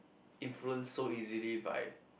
influence so easily by